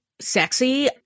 sexy